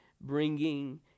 bringing